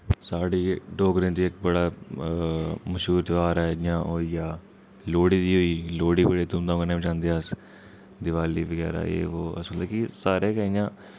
साढ़े डोगरें दे इक बड़ा मश्हूर तेहार ऐ जि'यां होई गेआ लोहड़ी दी होई लोहड़ी बड़ी धूम धाम कन्नै मनांदे अस दिवाली वगैरा एह् बो अस मतलब कि सारे गै इ'यां